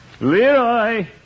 Leroy